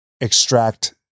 extract